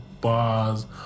bars